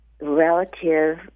relative